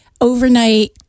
overnight